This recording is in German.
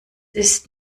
ist